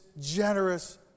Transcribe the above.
generous